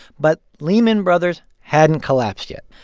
but lehman brothers hadn't collapsed yet.